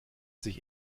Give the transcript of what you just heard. sich